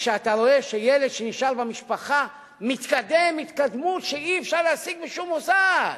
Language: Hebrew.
שאתה רואה שילד שנשאר במשפחה מתקדם התקדמות שאי-אפשר להשיג בשום מוסד.